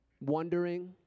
wondering